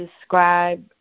describe